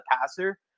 passer